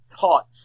taught